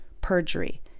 perjury